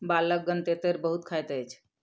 बालकगण तेतैर बहुत खाइत अछि